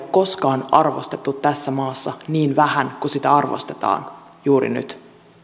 koskaan arvostettu tässä maassa niin vähän kuin sitä arvostetaan juuri nyt ja